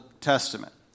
Testament